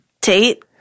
Tate